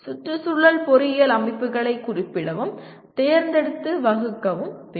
சுற்றுச்சூழல் பொறியியல் அமைப்புகளை குறிப்பிடவும் தேர்ந்தெடுத்து வகுக்கவும் வேண்டும்